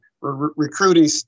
recruiting